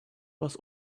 was